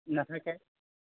নাথাকে